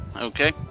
Okay